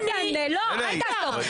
לא, אל תאסוף.